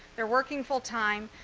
they're working full time,